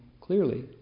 clearly